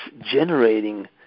generating